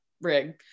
rig